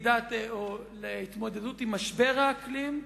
להתמודדות עם משבר האקלים.